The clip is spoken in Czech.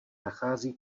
nachází